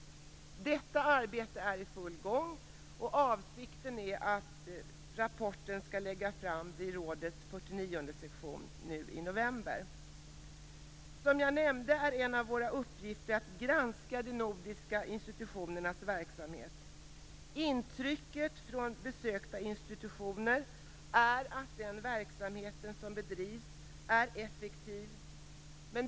Detta arbete är nu i full gång, och avsikten är att en rapport skall läggas fram vid rådets fyrtionionde session i november. Som jag nämnde är en av våra uppgifter att granska de nordiska institutionernas verksamhet. Intrycket från besökta institutioner är att den verksamhet som bedrivs är effektiv.